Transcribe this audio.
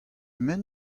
men